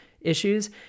issues